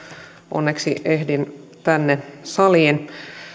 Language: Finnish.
onneksi ehdin tänne saliin